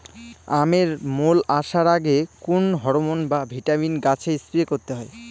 আমের মোল আসার আগে কোন হরমন বা ভিটামিন গাছে স্প্রে করতে হয়?